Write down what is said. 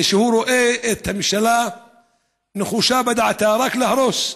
כשהוא רואה את הממשלה נחושה בדעתה רק להרוס,